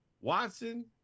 Watson